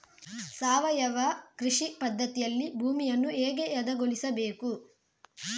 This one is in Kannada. ಸಾವಯವ ಕೃಷಿ ಪದ್ಧತಿಯಲ್ಲಿ ಭೂಮಿಯನ್ನು ಹೇಗೆ ಹದಗೊಳಿಸಬೇಕು?